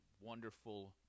wonderful